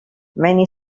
many